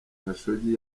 khashoggi